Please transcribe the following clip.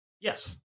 Yes